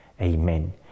Amen